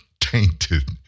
tainted